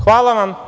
Hvala vam.